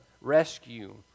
rescue